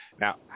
now